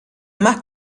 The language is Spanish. más